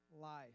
life